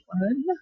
one